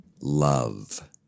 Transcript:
love